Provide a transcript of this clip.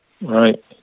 right